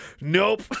nope